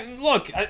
Look